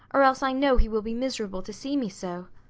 or else i know he will be miserable to see me so.